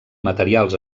materials